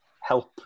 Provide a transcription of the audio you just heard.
help